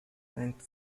thanked